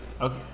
Okay